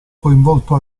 coinvolto